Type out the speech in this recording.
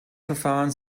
verfahren